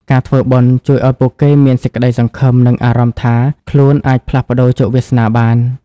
ការធ្វើបុណ្យ ជួយឱ្យពួកគេមានសេចក្ដីសង្ឃឹម និងអារម្មណ៍ថាខ្លួនអាចផ្លាស់ប្ដូរជោគវាសនាបាន។